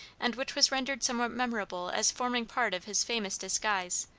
and which was rendered somewhat memorable as forming part of his famous disguise,